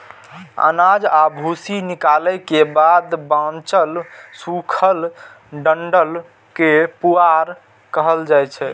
अनाज आ भूसी निकालै के बाद बांचल सूखल डंठल कें पुआर कहल जाइ छै